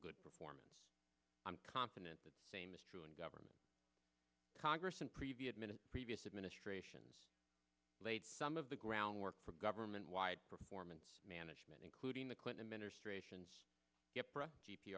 good performance i'm confident the same is true in government congress and previous minute previous administrations laid some of the groundwork for government wide performance management including the clinton administration